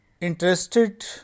interested